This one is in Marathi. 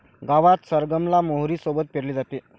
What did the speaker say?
गावात सरगम ला मोहरी सोबत पेरले जाते